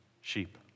sheep